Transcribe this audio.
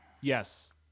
Yes